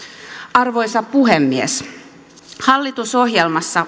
arvoisa puhemies hallitusohjelmassa